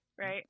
Right